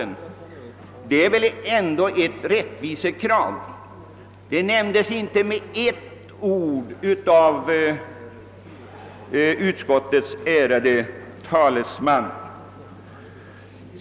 Detta är väl ändå ett rättvisekrav, men inte ett ord nämndes därom av utskottets ärade talesman.